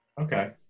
okay